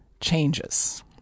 changes